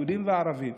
יהודים וערבים,